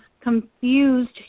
confused